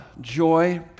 joy